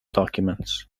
documents